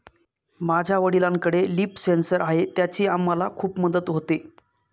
माझ्या वडिलांकडे leaf sensor आहे त्याची आम्हाला खूप मदत होते